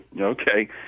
Okay